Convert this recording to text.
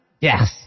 Yes